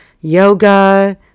yoga